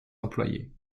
employés